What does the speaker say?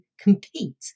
compete